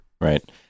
Right